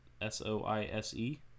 S-O-I-S-E